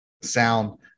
sound